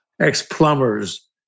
ex-plumbers